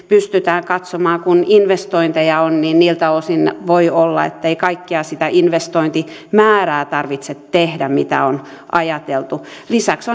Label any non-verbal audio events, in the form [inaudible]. pystytään katsomaan kun investointeja on että niiltä osin voi olla ettei kaikkea sitä investointimäärää tarvitse tehdä mitä on ajateltu lisäksi [unintelligible]